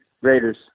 Raiders